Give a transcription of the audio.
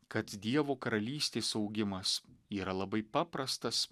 kad dievo karalystės augimas yra labai paprastas